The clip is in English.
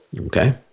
okay